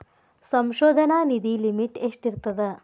ಸಂಶೋಧನಾ ನಿಧಿ ಲಿಮಿಟ್ ಎಷ್ಟಿರ್ಥದ